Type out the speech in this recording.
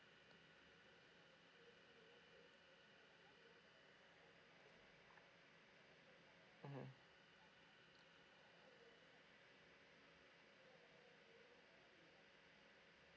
mm